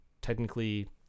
technically